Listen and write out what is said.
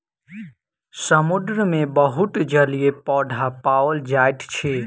समुद्र मे बहुत जलीय पौधा पाओल जाइत अछि